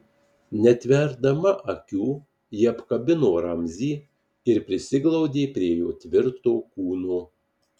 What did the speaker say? neatverdama akių ji apkabino ramzį ir prisiglaudė prie jo tvirto kūno